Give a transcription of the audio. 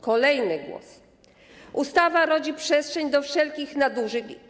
Kolejny głos: Ustawa rodzi przestrzeń do wszelkich nadużyć.